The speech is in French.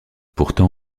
pourtant